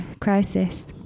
crisis